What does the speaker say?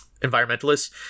environmentalists